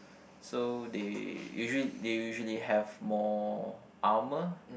so they usually they usually have more armor